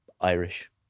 Irish